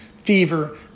fever